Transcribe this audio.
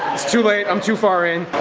it's too late, i'm too far in.